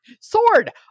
Sword